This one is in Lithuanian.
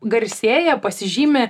garsėja pasižymi